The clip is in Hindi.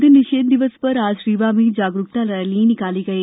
मद्यनिषेध दिवस पर आज रीवा में जागरूकता रैली निकाली गई